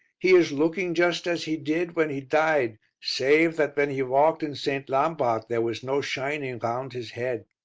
he is looking just as he did when he died, save that when he walked in st. lambart there was no shining round his head.